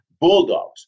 bulldogs